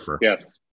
Yes